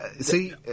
see